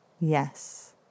Yes